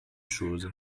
chose